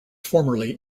formerly